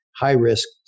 high-risk